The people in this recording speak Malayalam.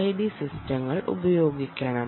ഐ ഡി സിസ്റ്റങ്ങൾ ഉപയോഗിക്കണം